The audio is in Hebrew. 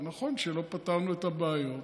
נכון שלא פתרנו את הבעיות,